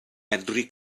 medru